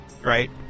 Right